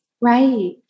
Right